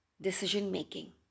decision-making